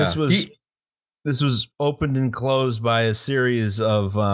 this was this was opened and closed by a series of